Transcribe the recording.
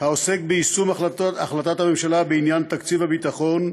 העוסק ביישום החלטת הממשלה בעניין תקציב הביטחון,